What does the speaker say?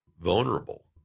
vulnerable